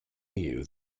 you